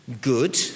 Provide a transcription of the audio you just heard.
Good